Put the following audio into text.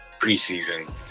preseason